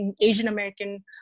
Asian-American